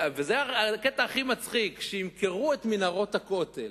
זה הקטע הכי מצחיק, שימכרו את מנהרות הכותל.